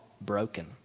broken